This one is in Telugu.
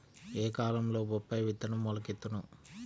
ఏ కాలంలో బొప్పాయి విత్తనం మొలకెత్తును?